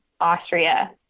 Austria